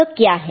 यह क्या है